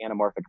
anamorphic